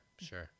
sure